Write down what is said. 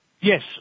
Yes